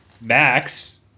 Max